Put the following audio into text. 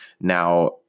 now